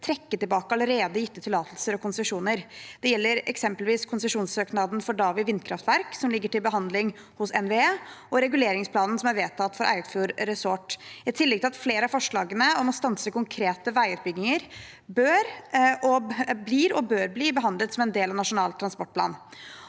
trekke tilbake allerede gitte tillatelser og konsesjoner. Det gjelder eksempelvis konsesjonssøknaden for Davvi vindkraftverk, som ligger til behandling hos NVE, og reguleringsplanen som er vedtatt for Eidfjord Resort. I tillegg bør flere av forslagene om å stanse konkrete veiutbygginger bli behandlet som en del av Nasjonal transportplan.